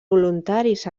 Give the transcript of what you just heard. voluntaris